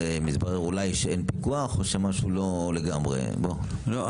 מתברר שאולי אין פיקוח או שמשהו לא לגמרי לא,